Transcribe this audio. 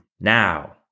Now